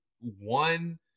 one